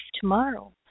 tomorrow